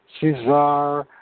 Cesar